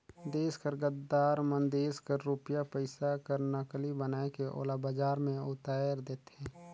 देस कर गद्दार मन देस कर रूपिया पइसा कर नकली बनाए के ओला बजार में उताएर देथे